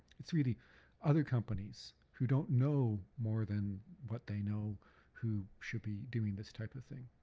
it's really other companies who don't know more than what they know who should be doing this type of thing.